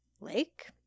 lake